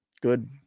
Good